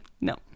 No